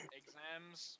exams